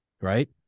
right